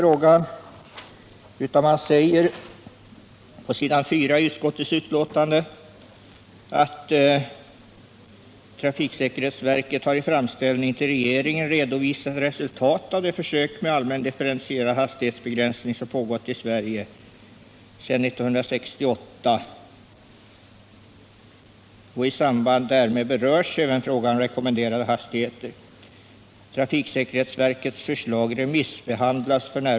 Trafikutskottet säger på s. 4 i sitt betänkande följande: ”Trafiksäkerhetsverket har i en framställning till regeringen den 15 juli 1977 redovisat resultatet av de försök med allmän differentierad hastighetsbegränsning som pågått i Sverige sedan år 1968. I sammanhanget berörs även frågan om rekommenderade hastigheter. Trafiksäkerhetsverkets förslag remissbehandlas f. n.